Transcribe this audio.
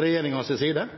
regjeringens side